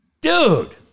Dude